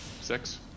Six